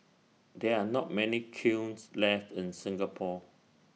there are not many kilns left in Singapore